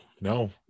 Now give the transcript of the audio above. no